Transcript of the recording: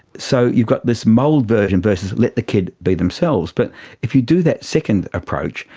so you've got this mould version versus let the kid be themselves. but if you do that second approach,